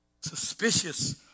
suspicious